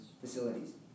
Facilities